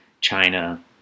China